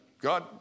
God